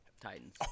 Titans